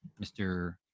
Mr